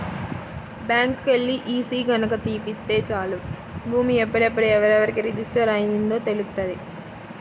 బ్యాంకుకెల్లి ఈసీ గనక తీపిత్తే చాలు భూమి ఎప్పుడెప్పుడు ఎవరెవరికి రిజిస్టర్ అయ్యిందో తెలుత్తది